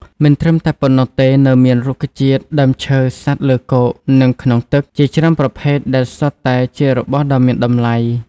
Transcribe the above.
មិនត្រឹមតែប៉ុណ្ណោះទេ នៅមានរុក្ខជាតិ ដើមឈើ សត្វលើគោក និងក្នុងទឹក ជាច្រើនប្រភេទដែលសុទ្ធតែជារបស់ដ៏មានតម្លៃ។